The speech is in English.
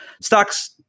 stocks